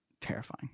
Terrifying